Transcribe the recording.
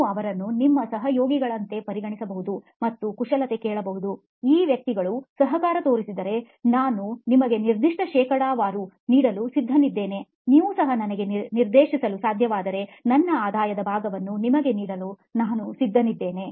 ನೀವು ಅವರನ್ನು ನಿಮ್ಮ ಸಹಯೋಗಿಗಳಂತೆ ಪರಿಗಣಿಸಬಹುದು ಮತ್ತು ಕುಶಲತೆ ಕೇಳಬೇಕು ಈ ವ್ಯಕ್ತಿಗಳು ಸಹಕಾರ ತೋರಿಸಿದರೆ ನಾನು ನಿಮಗೆ ನಿರ್ದಿಷ್ಟ ಶೇಕಡಾವಾರು ನೀಡಲು ಸಿದ್ಧನಿದ್ದೇನೆ ನೀವು ಸಹ ನನಗೆ ನಿರ್ದೇಶಿಸಲು ಸಾಧ್ಯವಾದರೆ ನನ್ನ ಆದಾಯದ ಭಾಗವನ್ನು ನಿಮಗೆ ನೀಡಲು ನಾನು ಸಿದ್ಧನಿದ್ದೇನೆ